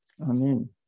Amen